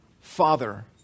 Father